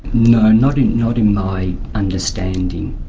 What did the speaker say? no, not in not in my understanding.